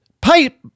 pipe